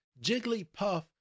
Jigglypuff